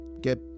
get